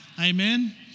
Amen